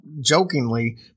jokingly